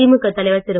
திமுக தலைவர் திரு